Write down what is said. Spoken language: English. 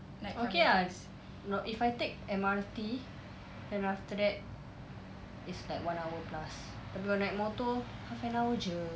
okay ah no if I take M_R_T then after that it's like one hour plus tapi kalau naik motor half an hour jer